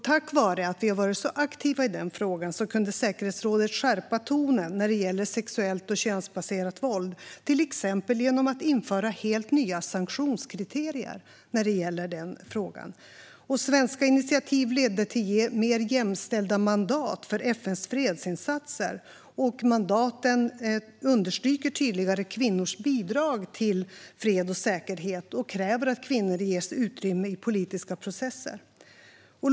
Tack vare att vi har varit så aktiva i denna fråga kunde säkerhetsrådet skärpa tonen när det gäller sexuellt och könsbaserat våld, till exempel genom att införa helt nya sanktionskriterier när det gäller denna fråga. Svenska initiativ ledde till mer jämställda mandat för FN:s fredsinsatser. Mandaten understryker tydligare kvinnors bidrag till fred och säkerhet och kräver att kvinnor ges utrymme i politiska processer.